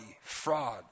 fraud